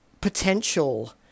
potential